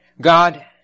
God